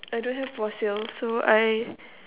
I don't have for sale so I